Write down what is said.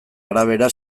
arabera